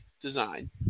design